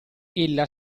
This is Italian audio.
ella